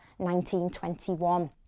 1921